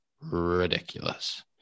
ridiculous